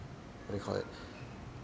what do you call it